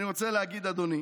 אני רוצה להגיד, אדוני,